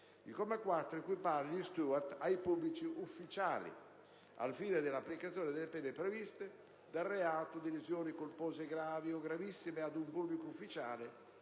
Il comma 4 equipara gli *steward* ai pubblici ufficiali, al fine dell'applicazione delle pene previste per il reato di lesioni personali gravi o gravissime ad un pubblico ufficiale